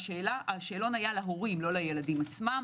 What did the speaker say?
השאלון היה להורים לא לילדים עצמם